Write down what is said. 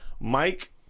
Mike